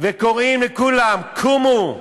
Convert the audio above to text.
וקוראות לכולם: קומו,